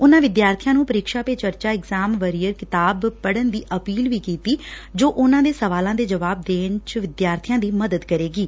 ਉਨਾਂ ਵਿਦਿਆਰਥੀਆਂ ਨੂੰ ਪ੍ਰੀਖਿਆ ਪੇ ਚਰਚਾ ਇਤਿਹਾਨ ਵਾਰੀਅਰ ਕਿਤਾਬ ਪੜਣ ਦੀ ਅਪੀਲ ਕੀਡੀ ਜੋ ਉਨੂਾਂ ਦੇ ਸਵਾਲਾਂ ਦੇ ਜਵਾਬ ਦੇਣ ਚ ਵਿਦਿਆਰਬੀਆਂ ਦੀ ਮਦਦ ਕਰੇਗੀ